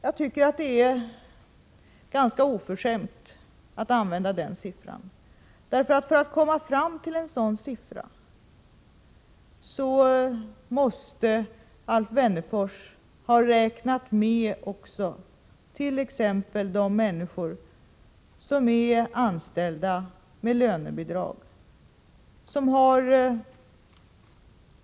Jag tycker att det är ganska oförskämt att ange den siffran, eftersom Alf Wennerfors för att komma fram till detta antal måste ha räknat med också t.ex. de människor som är anställda med lönebidrag.